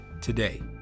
Today